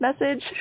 message